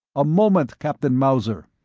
a moment, captain mauser!